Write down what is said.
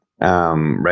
right